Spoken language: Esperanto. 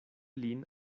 lin